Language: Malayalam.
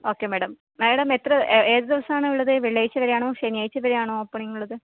ഓക്കെ മാഡം മാഡം എത്ര ഏതു ദിവസമാണുള്ളത് വെള്ളിയാഴ്ച വരെ ആണോ ശനിയാഴ്ച വരെ ആണോ ഓപ്പണിങ് ഉള്ളത്